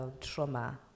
trauma